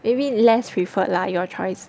you mean less preferred lah your choice